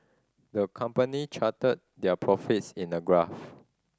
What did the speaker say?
the company charted their profits in a graph